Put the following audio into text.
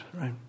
right